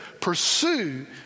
pursue